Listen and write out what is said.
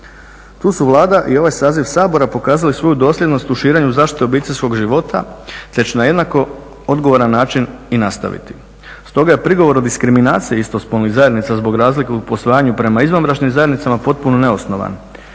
Tu su Vlada i ovaj saziv Sabora pokazali svoju dosljednost u širenju zaštite obiteljskog života te će na jednako odgovoran način i nastaviti. Stoga je prigovor o diskriminaciji istospolnih zajednica zbog razlike u posvajanju prema izvanbračnim zajednicama potpuno neosnovan